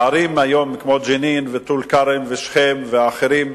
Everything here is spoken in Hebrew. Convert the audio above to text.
הערים היום, כמו ג'נין וטול-כרם ושכם והאחרות,